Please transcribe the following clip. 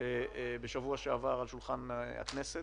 בשבוע שעבר על שולחן הכנסת,